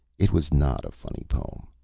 it was not a funny poem.